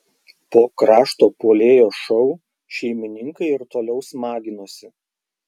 po krašto puolėjo šou šeimininkai ir toliau smaginosi